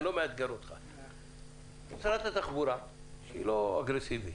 אני לא מאתגר אותך היא לא אגרסיבית,